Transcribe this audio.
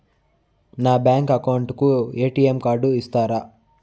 నా bank account కు ATM card ఇస్తారా